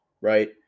right